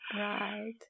right